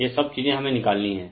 यह सब चीजे हमे निकालनी हैं